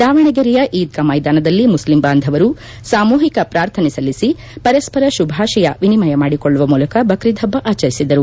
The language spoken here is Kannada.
ದಾವಣಗೆರೆಯ ಈದ್ಗಾ ಮೈದಾನದಲ್ಲಿ ಮುಸ್ಲಿಂ ಬಾಂಧವರು ಸಾಮೂಹಿಕ ಪ್ರಾರ್ಥನೆ ಸಲ್ಲಿಸಿ ಪರಸ್ಪರ ಶುಭಾಶಯ ವಿನಿಮಯ ಮಾಡಿಕೊಳ್ಳುವ ಮೂಲಕ ಬಕ್ರೀದ್ ಹಬ್ಬ ಆಚರಿಸಿದರು